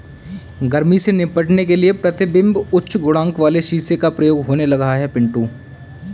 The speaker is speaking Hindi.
गर्मी से निपटने के लिए प्रतिबिंब उच्च गुणांक वाले शीशे का प्रयोग होने लगा है पिंटू